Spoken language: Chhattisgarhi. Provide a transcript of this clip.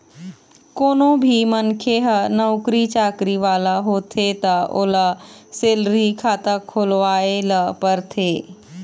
कोनो भी मनखे ह नउकरी चाकरी वाला होथे त ओला सेलरी खाता खोलवाए ल परथे